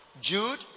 Jude